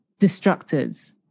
destructors